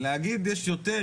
להגיד יש יותר,